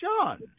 John